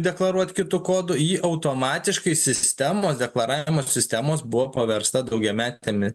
deklaruot kitu kodu ji automatiškai sistemos deklaravimo sistemos buvo paversta daugiametėmi